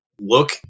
Look